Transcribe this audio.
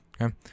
Okay